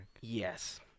Yes